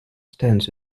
stems